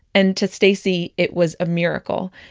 and to stacie, it was a miracle.